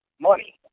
money